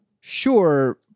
sure